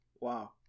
Wow